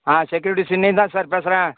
ஆ security Chinnaiyan தான் sir பேசறேன்